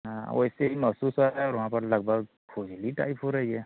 हाँ वैसे ही महसूस हो रहा है और वहाँ पर लगभग खुजली टाइप हो रही है